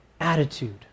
attitude